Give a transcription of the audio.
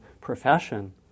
profession